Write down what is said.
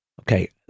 Okay